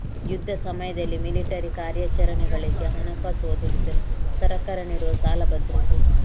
ಯುದ್ಧ ಸಮಯದಲ್ಲಿ ಮಿಲಿಟರಿ ಕಾರ್ಯಾಚರಣೆಗಳಿಗೆ ಹಣಕಾಸು ಒದಗಿಸಲು ಸರ್ಕಾರ ನೀಡುವ ಸಾಲ ಭದ್ರತೆ